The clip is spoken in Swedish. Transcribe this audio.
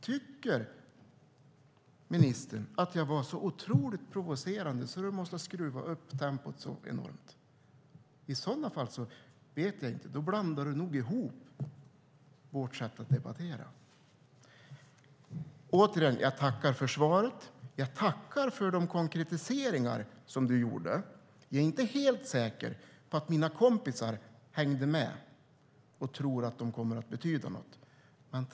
Tycker ministern att jag var så otroligt provocerande att du måste skruva upp det så enormt? I sådana fall vet jag inte. Då blandar du nog ihop våra sätt att debattera. Återigen tackar jag för svaret. Jag tackar för de konkretiseringar som du gjorde. Jag är inte helt säker på att mina kompisar hängde med och tror att de kommer att betyda något.